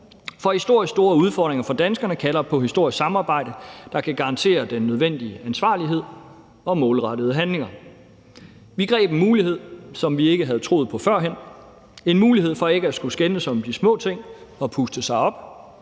For historisk store udfordringer for danskerne kalder på et historisk samarbejde, der kan garantere den nødvendige ansvarlighed og målrettede handlinger. Vi greb en mulighed, som vi ikke havde troet på førhen – en mulighed for ikke at skulle skændes om de små ting og puste sig op,